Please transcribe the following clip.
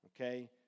Okay